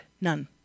None